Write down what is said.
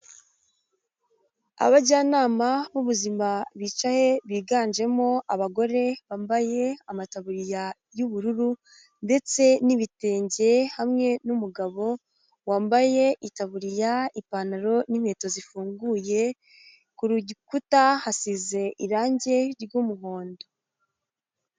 Abajyanama b'ubuzima bicaye biganjemo abagore bambaye amataburi y'ubururu ndetse n'ibitenge hamwe n'umugabo wambaye itaburiya, ipantaro n'inkweto zifunguye ku gikuta hasize irange ry'umuhondo.